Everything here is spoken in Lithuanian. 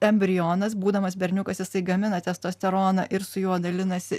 embrionas būdamas berniukas jisai gamina testosteroną ir su juo dalinasi